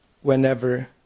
whenever